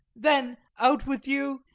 then, out with you!